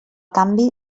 canvi